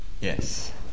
Yes